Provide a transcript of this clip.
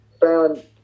found